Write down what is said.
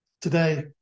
Today